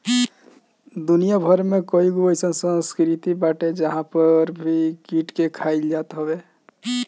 दुनिया भर में कईगो अइसन संस्कृति बा जहंवा पे कीट के भी खाइल जात हवे